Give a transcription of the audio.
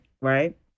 right